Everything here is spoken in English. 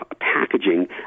packaging